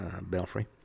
Belfry